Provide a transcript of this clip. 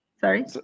sorry